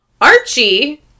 Archie